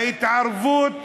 ההתערבות